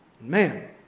Man